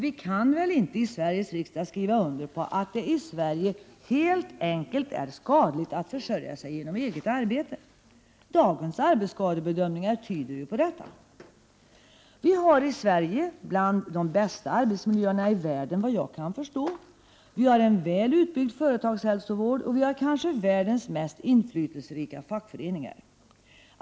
Vi i Sveriges riksdag kan väl inte skriva under på att det i Sverige helt enkelt är skadligt att försörja sig genom eget arbete? Dagens arbetsskadebedömningar tyder på detta! Vi i Sverige har en av de bästa arbetsmiljöerna i världen, såvitt jag kan förstå. Vi har en väl utbyggd företagshälsovård, och vi har kanske världens mest inflytelserika fackföreningar.